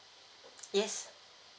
yes